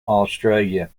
australia